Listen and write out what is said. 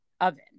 oven